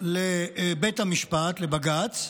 לבית המשפט, לבג"ץ,